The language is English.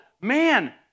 man